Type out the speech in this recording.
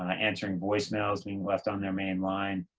ah answering voice mails being left on their main line.